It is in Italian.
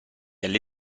alle